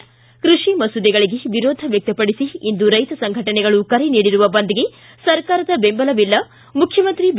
ಿ ಕೃಷಿ ಮಸೂದೆಗಳಿಗೆ ವ್ಯಕ್ತಪಡಿಸಿ ಇಂದು ರೈತ ಸಂಘಟನೆಗಳು ಕರೆ ನೀಡಿರುವ ಬಂದ್ಗೆ ಸರ್ಕಾರದ ಬೆಂಬಲವಿಲ್ಲ ಮುಖ್ಯಮಂತ್ರಿ ಬಿ